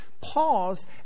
pause